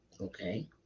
Okay